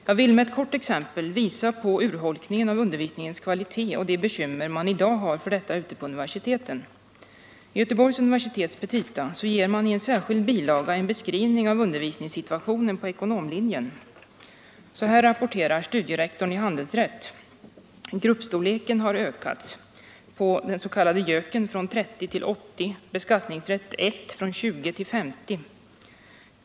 Jag vill med ett kort exempel visa på urholkningen av undervisningens kvalitet och de bekymmer som man i dag har för detta ute på universiteten. I Göteborgs universitets petita ger man i en särskild bilaga en beskrivning av undervisningssituationen på ekonomlinjen. Så här rapporterar studierektorn i handelsrätt: ”Gruppstorleken har ökats: Jöken från 30 till 80. Beskattningsrätt I från 25 till 50.